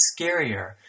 scarier